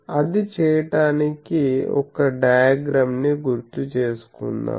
అది చేయటానికి ఒక్క డయాగ్రమ్ ని గుర్తుచేసుకుందాం